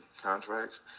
contracts